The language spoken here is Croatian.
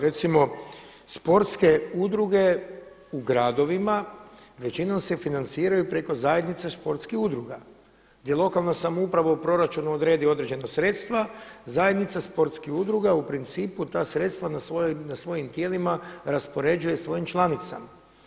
Recimo sportske udruge u gradovima većinom se financiraju preko zajednice sportskih udruga gdje lokalna samouprava u proračunu odredi određena sredstva zajednica sportskih udruga u principu ta sredstva na svojim tijelima raspoređuje svojim članicama.